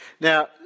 Now